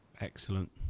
excellent